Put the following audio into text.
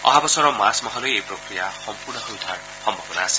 অহা বছৰ মাৰ্চ মাহলৈ এই প্ৰক্ৰিয়া সম্পূৰ্ণ হৈ উঠাৰ সম্ভাৱনা আছে